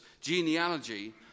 genealogy